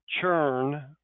churn